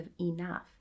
enough